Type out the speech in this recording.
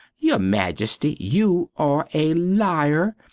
your majesty you are a lyre!